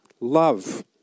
love